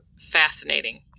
fascinating